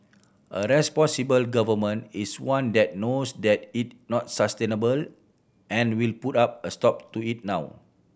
a responsible Government is one that knows that is not sustainable and will put up a stop to it now